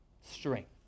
strength